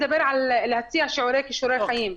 להציע שיעורי כישורי חיים.